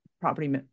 property